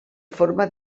forma